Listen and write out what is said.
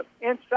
inside